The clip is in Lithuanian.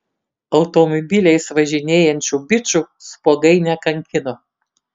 automobiliais važinėjančių bičų spuogai nekankino